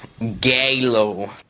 GALO